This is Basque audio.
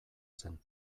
zen